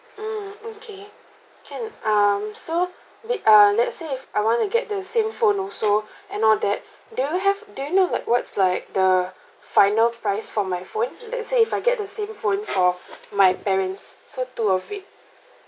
ah okay can um so wait uh let's say if I want to get the same phone also and all that do you have do you know like what's like the final price for my phone let's say if I get the same phone for my parents so two of it